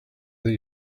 that